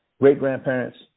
great-grandparents